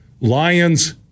Lions